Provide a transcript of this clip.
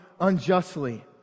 unjustly